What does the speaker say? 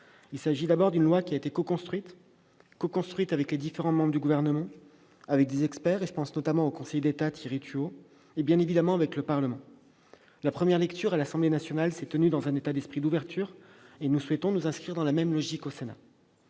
Il s'agit d'abord d'une loi qui a été coconstruite avec les différents membres du Gouvernement, avec des experts comme le conseiller d'État Thierry Tuot et, bien évidemment, avec le Parlement. La première lecture à l'Assemblée nationale s'est tenue dans un état d'esprit d'ouverture et nous souhaitons nous inscrire dans la même logique au Sénat.